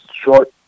short